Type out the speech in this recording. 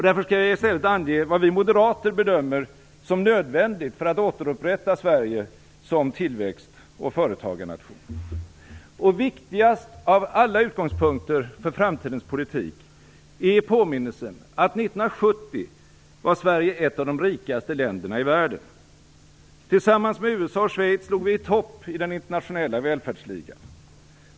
Därför skall jag i stället ange vad vi moderater bedömer som nödvändigt för att återupprätta Sverige som tillväxt och företagarnation. Viktigast av alla utgångspunkter för framtidens politik är påminnelsen att 1970 var Sverige ett av de rikaste länderna i världen. Tillsammans med USA och Schweiz låg vi i topp i den internationella välfärdsligan.